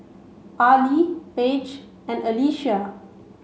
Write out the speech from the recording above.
Arely Page and Alycia